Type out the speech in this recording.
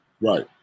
Right